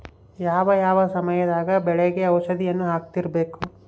ಯಾವ ಯಾವ ಸಮಯದಾಗ ಬೆಳೆಗೆ ಔಷಧಿಯನ್ನು ಹಾಕ್ತಿರಬೇಕು?